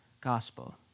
gospel